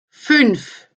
fünf